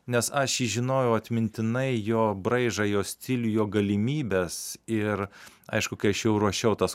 nes aš jį žinojau atmintinai jo braižą jo stilių jo galimybes ir aišku kai aš jau ruošiau tas